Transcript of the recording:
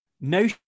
No